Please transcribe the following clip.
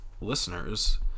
listeners